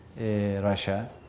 Russia